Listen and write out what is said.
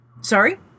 Sorry